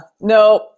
no